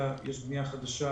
יש קליטה, יש בנייה חדשה.